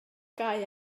gau